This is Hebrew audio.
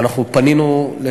ואנחנו פנינו,